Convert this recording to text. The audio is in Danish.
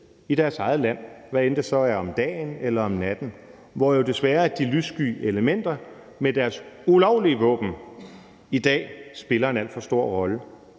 i deres eget land, hvad end det så er om dagen eller om natten, hvor de lyssky elementer med deres ulovlige våben jo desværre spiller en alt for stor rolle